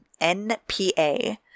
NPA